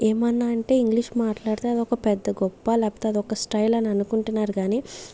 ఏమన్నా అంటే ఇంగ్లీష్ మాట్లాడితే అదొక పెద్ద గొప్ప లేకపోతే అదొక స్టైల్ అని అనుకుంటున్నారు గాని